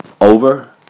over